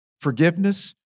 forgiveness